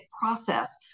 process